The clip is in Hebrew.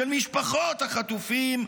של משפחות החטופים,